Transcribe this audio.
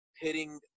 hitting –